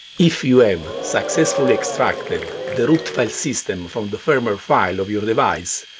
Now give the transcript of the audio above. if you have successfully extracted the root file system from the firmware file of your device,